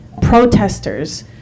protesters